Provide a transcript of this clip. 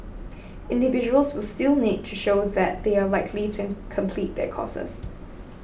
individuals will still need to show that they are likely to complete their courses